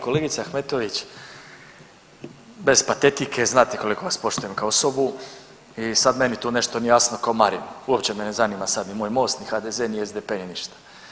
Kolegice Ahmetović, bez patetike znate koliko vas poštujem kao osobu i sad meni tu nešto nije jasno kao Marinu, uopće me ne zanima sad ni moj MOST, ni HDZ, ni SDP, ni ništa.